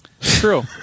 True